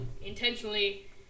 Intentionally